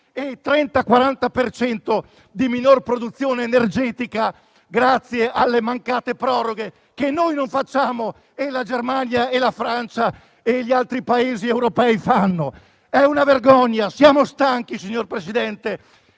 per cento di minor produzione energetica per colpa delle mancate proroghe, che noi non facciamo mentre la Germania, la Francia e gli altri Paesi europei fanno. È una vergogna e siamo stanchi, signor Presidente.